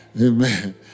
Amen